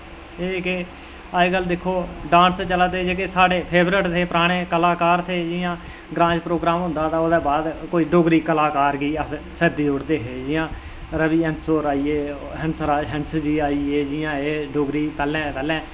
एह् जेह्के अजकल्ल दिक्खो डांस चलादे जेह्के साढ़े फेवरट हे पराने कलाकार हे जि'यां ग्राएं च प्रोग्राम होंदा हा तां जि'यां कोई डोगरी कलाकार गी अस सद्दी ओड़दे हे जि'यां रवि हंस होर होई गे हंसराज़ हंस आई गे जि'यां एह् डोगरी पैह्लैं पैह्लैं